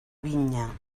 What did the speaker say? vinya